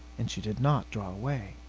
and she did not draw away.